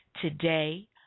today